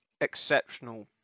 exceptional